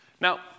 Now